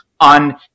on